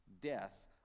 death